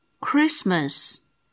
Christmas